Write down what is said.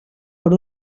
per